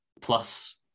plus